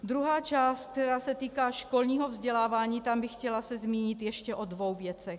Druhá část, která se týká školního vzdělávání, tam bych se chtěla zmínit ještě o dvou věcech.